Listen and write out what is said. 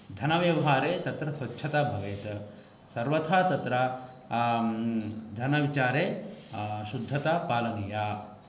धनव्यवहारे तत्र स्वच्छता भवेत् सर्वथा तत्र धनविचारे शुद्धता पालनीया